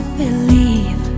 believe